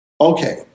okay